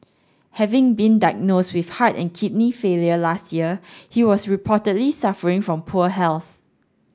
having been diagnosed with heart and kidney failure last year he was reportedly suffering from poor health